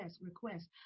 request